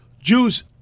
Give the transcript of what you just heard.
Jews